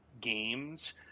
games